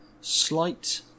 slight